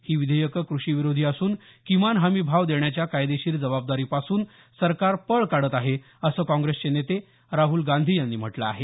ही विधेयकं कृषी विरोधी असून किमान हमी भाव देण्याच्या कायदेशीर जबाबदारीपासून सरकार पळ काढत आहे असं काँग्रेसचे नेते राहुल गांधी यांनी म्हटलं आहे